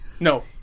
No